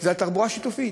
על תחבורה שיתופית.